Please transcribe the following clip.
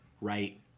Right